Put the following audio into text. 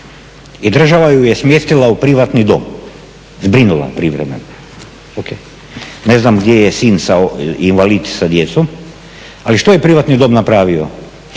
I država ju je smjestila u privatni dom, zbrinula privremeno, o.k. Ne znam gdje joj je sin invalid sa djecom. Ali što je privatni dom napravio?